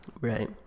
Right